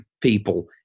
people